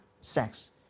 sex